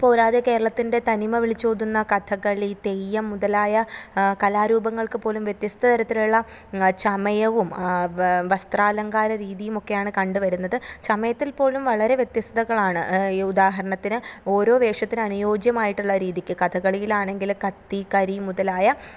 പോരാതെ കേരത്തിൻ്റെ തനിമ വിളിച്ചോതുന്ന കഥകളി തെയ്യം മുതലായ കലാ രൂപങ്ങൾക്ക് പോലും വ്യത്യസ്ത തരത്തിലുള്ള ചമയവും വേ വസ്ത്രലങ്കാര രീതിയുമൊക്കെയാണ് കണ്ടുവരുന്നത് ചമയത്തിൽ പോലും വളരെ വ്യത്യസ്തതകളാണ് ഈ ഉദാഹരണത്തിന് ഓരോ വേഷത്തിന് അനുയോജ്യമായിട്ടുള്ള രീതിക്ക് കഥകളിയിൽ ആണെങ്കില് കത്തി കരി മുതലായ